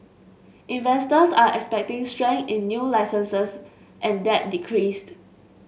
investors are expecting strength in new licences and that decreased